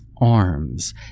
arms